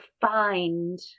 find